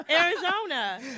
Arizona